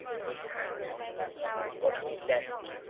we had what we left,